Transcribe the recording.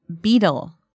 Beetle